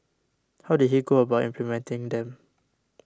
how did he go about implementing them